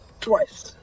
twice